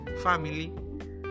family